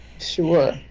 Sure